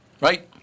Right